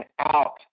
out